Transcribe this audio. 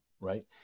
right